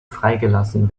freigelassen